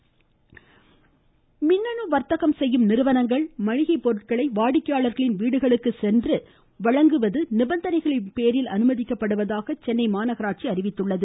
ம் ம் ம் ம் ம் ம சென்னை மாநகராட்சி மின்னணு வர்த்தகம் செய்யும் நிறுவனங்கள் மளிகைப்பொருட்களை வாடிக்கையாளர்களின் வீடுகளுக்கு சென்று வழங்குவது நிபந்தனைகளின் பேரில் அனுமதிக்கப்படுவதாக சென்னை மாநகராட்சி அறிவித்துள்ளது